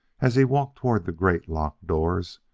as he walked toward the great locked doors,